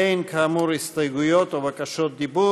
אין, כאמור, הסתייגויות או בקשות דיבור.